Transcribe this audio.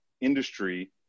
industry